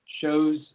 shows